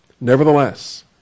Nevertheless